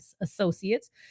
associates